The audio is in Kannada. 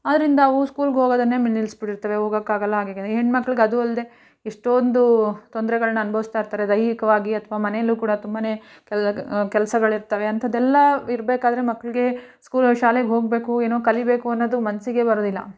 ಆದ್ದರಿಂದ ಅವು ಸ್ಕೂಲಿಗ್ ಹೋಗೊದನ್ನೆ ನಿಲ್ಲಿಸಿಬಿಟ್ಟಿರ್ತವೆ ಹೋಗೋಕ್ಕಾಗಲ್ಲ ಹಾಗೀಗೆ ಈ ಹೆಣ್ಣುಮಕ್ಳಿಗೆ ಅದು ಅಲ್ಲದೇ ಎಷ್ಟೋಂದು ತೊಂದ್ರೆಗಳನ್ನು ಅನ್ಬವಿಸ್ತಾ ಇರ್ತಾರೆ ದೈಹಿಕವಾಗಿ ಅಥ್ವಾ ಮನೆಯಲ್ಲೂ ಕೂಡ ತುಂಬ ಕೆಲ್ ಕೆಲಸಗಳಿರ್ತವೆ ಅಂಥದ್ದೆಲ್ಲಾ ಇರಬೇಕಾದ್ರೆ ಮಕ್ಕಳಿಗೆ ಸ್ಕೂಲ್ ಶಾಲೆಗೆ ಹೋಗಬೇಕು ಏನೋ ಕಲಿಬೇಕು ಅನ್ನೋದು ಮನಸ್ಸಿಗೆ ಬರೋದಿಲ್ಲ